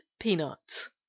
Peanuts